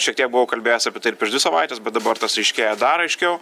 šiek tiek buvau kalbėjęs apie tai ir prieš dvi savaites bet dabar tas aiškėja dar aiškiau